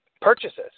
purchases